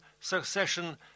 succession